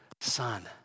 son